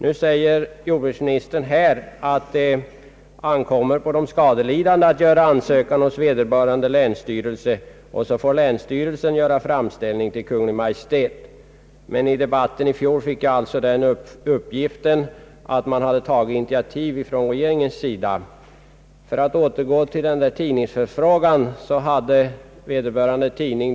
Nu säger jordbruksministern att det ankommer på de skadelidande att göra ansökan hos vederbörande länsstyrelse, och så får länsstyrelsen göra framställning till Kungl. Maj:t. I debatten i fjol fick jag alltså den uppgiften att regeringen tagit initiativ. När jag under den för alla riksdagsmän vilsamma sommaren blev uppringd av en tidningsman, fick jag anledning fundera över det svar statsrå det Johansson lämnat.